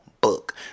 book